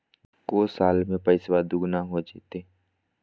को साल में पैसबा दुगना हो जयते?